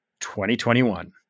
2021